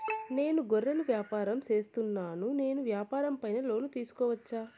నేను గొర్రెలు వ్యాపారం సేస్తున్నాను, నేను వ్యాపారం పైన లోను తీసుకోవచ్చా?